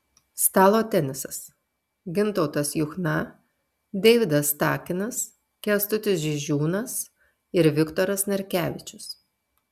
stalo tenisas gintautas juchna deividas takinas kęstutis žižiūnas ir viktoras narkevičius